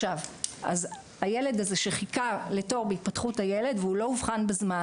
אז הילד הזה שחיכה לתור בהתפתחות הילד והוא לא אובחן בזמן,